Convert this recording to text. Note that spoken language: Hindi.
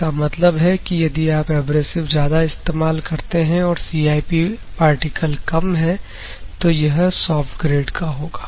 इसका मतलब है कि यदि आप एब्रेसिव ज्यादा इस्तेमाल करते हैं और CIP आर्टिकल कम है तो यह सॉफ्ट ग्रेड का होगा